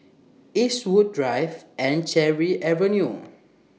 Eastwood Drive and Cherry Avenue